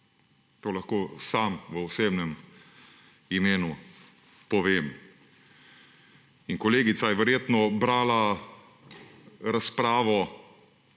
To lahko sam v osebnem imenu povem. In kolegica je verjetno brala razpravo,